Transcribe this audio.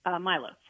Milo